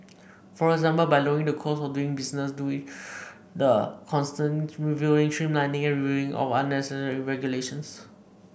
for example by lowering the cost of doing business through the constant reviewing streamlining and reviewing of unnecessary regulations